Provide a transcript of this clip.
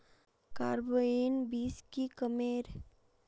Carbine बीस की कमेर?